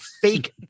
fake